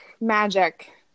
magic